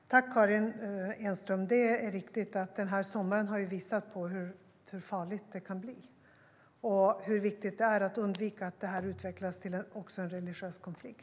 Herr talman! Tack, Karin Enström! Det är riktigt att den här sommaren har visat hur farligt det kan bli och hur viktigt det är att undvika att detta utvecklas till också en religiös konflikt.